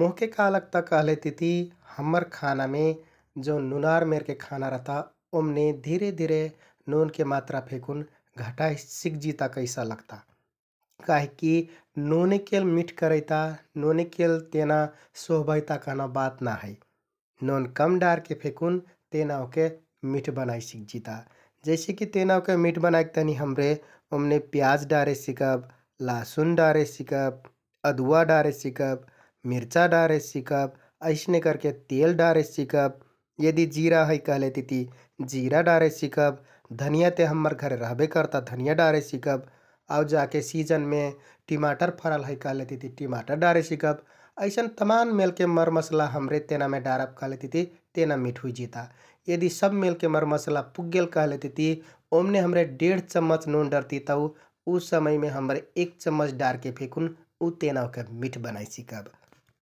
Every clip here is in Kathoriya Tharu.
मोहके का लगता कहलेतिति हम्मर खानामे जौन नुनार मेरके खाना रहता ओम्‍ने धिरे धिरे नोनके मात्रा फेकुन घटाइ सिकजिता कैसा लगता । काहिककि नोनेकेल मिठ करैता, नोनेकेल तेना सोहबैता कहना बात ना है, नोन कम डारके फेकुन तेना ओहके मिठ बनाइ सिकजिता । जैसेकि तेना ओहके मिठ बनाइक तहनि हमरे ओम्‍ने प्याज डारे सिकब । लासुन डारे सिकब, अदुवा डारे सिकब, मिर्चा डारे सिकब, अइसने करके तेल डारे सिकब । यदि जिरा है कहलेतिति जिरा डारे सिकब, धनियाँ ते हम्मर घरे रहबे करता धनियाँ डारे सिकब आउ जाके सिजनमे टिमाटर फरल है कहलेतिति टिमाटर डारे सिकब । अइसन तमाम मेलके मरमसाला हमरे तेनामे डारब कहलेतिति तेना मिठ हुइजिता । यदि सबमेलके मरमसाला पुग्गेल कहलेतिति ओम्‍ने हमरे डेढ चम्‍मच नोन डरति तौ उ समयमे हमरे एक चम्मच डारके फेकुन उ तेना ओहके मिठ बनाइ सिकब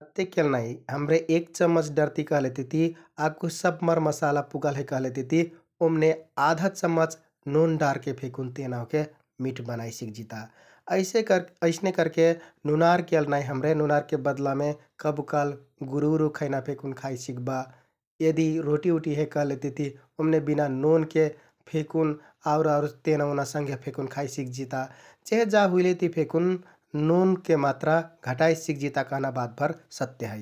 । अत्तेकेल नाइ हमरे एक चम्मच डरति कहलेतिति आकु सब मरमासाला पुगल है कहलेतिति ओम्‍ने आधा चम्मच नोन डारके फेकुन तेना ओहके मिठ बनाइ सिकजिता । अइसे-अइसने करके नुनार केल नाइ हमरे नुनारके बदलामे कबु काल गुरु उरु खैना फेकुन खाइ सिक्बा । यदि रोटि उटि है कहलेतिति ओम्‍ने बिना नोनके फेकुन आउर आउर तेना संघे फेकुन खाइ सिकजिता । चेहे जा हुइलेति फेकुन नोनके मात्रा घटाइ सिकजिता कहना बातभर सत्य है ।